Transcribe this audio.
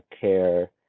care